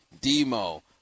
Demo